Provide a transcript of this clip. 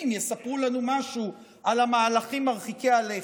יספרו לנו משהו על המהלכים מרחיקי הלכת.